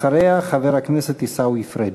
אחריה, חבר הכנסת עיסאווי פריג'.